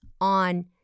on